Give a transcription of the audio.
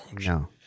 No